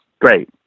Great